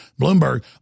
Bloomberg